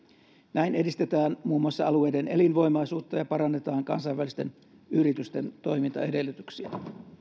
näin edistetään muun muassa alueiden elinvoimaisuutta ja parannetaan kansainvälisten yritysten toimintaedellytyksiä